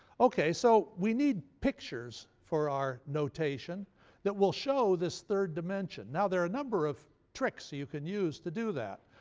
okay, so we need pictures for our notation that will show this third dimension. now, there are a number of tricks that you can use to do that.